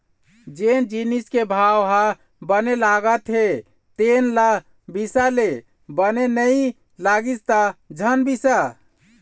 जेन जिनिस के भाव ह बने लागत हे तेन ल बिसा ले, बने नइ लागिस त झन बिसा